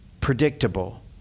predictable